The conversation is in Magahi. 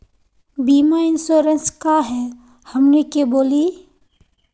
बीमा इंश्योरेंस का है हमनी के बोली?